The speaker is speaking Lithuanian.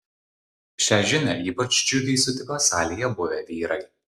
šią žinią ypač džiugiai sutiko salėje buvę vyrai